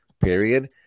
period